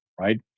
right